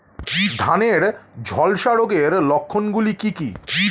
ধানের ঝলসা রোগের লক্ষণগুলি কি কি?